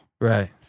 Right